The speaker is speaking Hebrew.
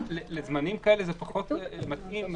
לזמנים כאלה זה פחות מתאים.